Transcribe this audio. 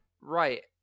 right